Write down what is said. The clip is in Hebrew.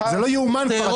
זה לא יאומן כבר הדבר הזה.